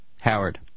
Howard